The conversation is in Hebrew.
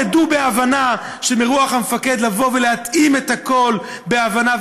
ידעו שרוח המפקד לבוא ולהתאים את הכול בהבנה.